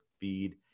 feed